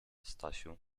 stasiu